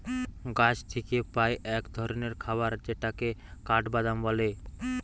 গাছ থিকে পাই এক ধরণের খাবার যেটাকে কাঠবাদাম বলে